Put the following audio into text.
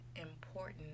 important